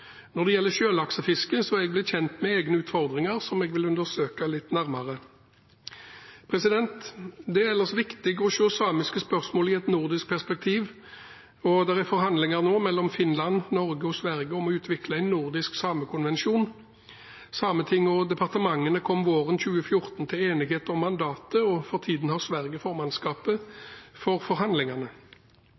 Når det gjelder sjølaksefisket, er jeg blitt kjent med egne utfordringer som jeg vil undersøke litt nærmere. Det er ellers viktig å se samiske spørsmål i et nordisk perspektiv. Det er nå forhandlinger mellom Finland, Norge og Sverige om å utvikle en nordisk samekonvensjon. Sametinget og departementene kom våren 20l4 til enighet om mandatet, og for tiden har Sverige formannskapet for forhandlingene.